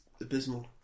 abysmal